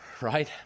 right